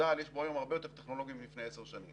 בצה"ל יש היום הרבה יותר טכנולוגים מלפני עשר שנים,